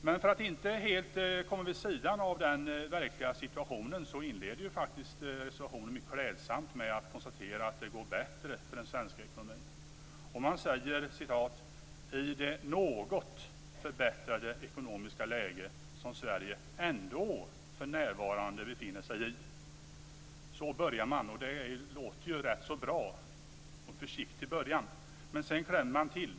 Men för att inte helt komma vid sidan av den verkliga situationen inleds faktiskt reservationen mycket klädsamt med att konstaterandet att det går bättre för den svenska ekonomin. Man talar om "det något förbättrade ekonomiska läge som Sverige ändå för närvarande befinner sig i". Så börjar man, och det låter ju rätt så bra. Det är ju en försiktig början. Men sedan kommer klämmer man till.